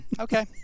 Okay